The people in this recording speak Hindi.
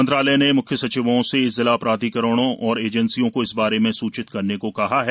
मंत्रालय ने मुख्य सचिवों से जिला प्राधिकरणों और एजेंसियों को इस बारे में सूचित करने को कहा है